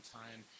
time